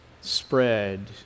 spread